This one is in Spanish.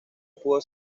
pudo